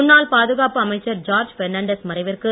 முன்னாள் பாதுகாப்பு அமைச்சர் ஜார்ஜ் பெர்னான்டஸ் மறைவிற்கு